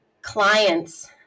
clients